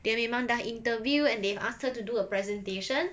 dia memang dah interview and they've asked her to do a presentation